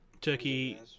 Turkey